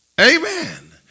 Amen